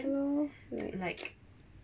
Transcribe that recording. ya lor like